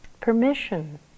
permission